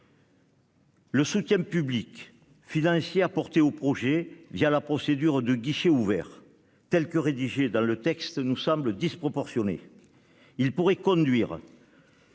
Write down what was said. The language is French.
Le soutien public financier apporté aux projets la procédure de guichet ouvert, tel qu'il est inscrit dans ce texte, nous semble disproportionné. Il pourrait conduire,